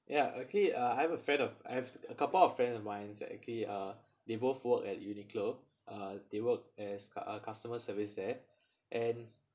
ya actually uh I have a friend of I have a couple of friends of mine are actually uh they both work at Uniqlo uh they work as a customer service there and